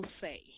say